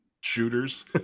shooters